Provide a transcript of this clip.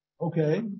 Okay